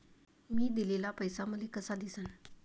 मी दिलेला पैसा मले कसा दिसन?